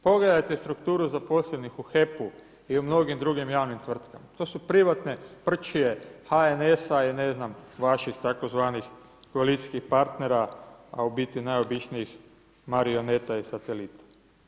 Pogledajte strukturu zaposlenih u HEP-u i u mnogim drugim javnim tvrtkama, to su privatne prćije HNS-a i ne znam vaših tzv. koalicijskih partnera a u biti najobičnijih marioneta i satelita.